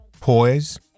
poise